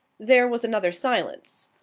there was another silence.